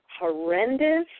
horrendous